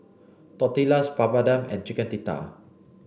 Tortillas Papadum and Chicken Tikka